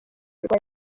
rwa